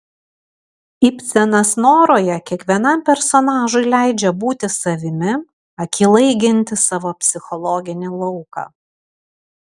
ibsenas noroje kiekvienam personažui leidžia būti savimi akylai ginti savo psichologinį lauką